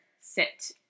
sit